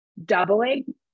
doubling